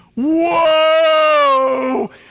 whoa